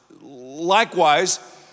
Likewise